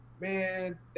man